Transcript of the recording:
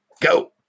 go